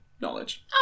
knowledge